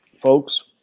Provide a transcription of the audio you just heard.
folks